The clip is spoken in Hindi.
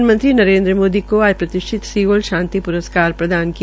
प्रधानमंत्री नरेन्द्र मोदी को आज प्रतिष्ठित सिओल शांति प्रस्कार प्रदान किया